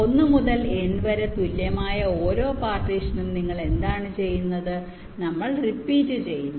1 മുതൽ n വരെ തുല്യമായ ഓരോ പാർട്ടീഷനും നിങ്ങൾ എന്താണ് ചെയ്യുന്നത് നമ്മൾ റിപ്പീറ് ചെയ്യുന്നു